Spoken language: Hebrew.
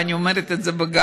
ואני אומרת את זה בגאווה,